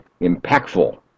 impactful